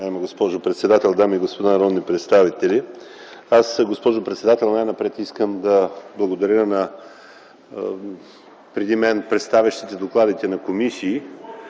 госпожо председател, дами и господа народни представители! Госпожо председател, най-напред искам да благодаря на представилите преди мен докладите на комисии,